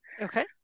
Okay